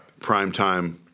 Primetime